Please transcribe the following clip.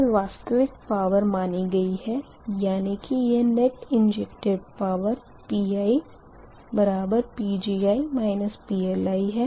केवल वास्तविक पावर मानी गई है यानी कि यह net injected power PiPgi PLi है